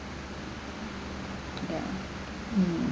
ya mm